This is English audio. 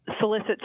solicit